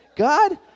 God